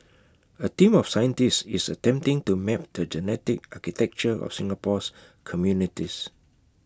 A team of scientists is attempting to map the genetic architecture of Singapore's communities